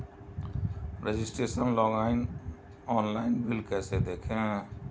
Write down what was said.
Registration login online bill कैसे देखें?